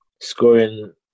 Scoring